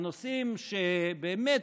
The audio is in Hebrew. נושאים שבאמת,